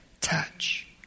touch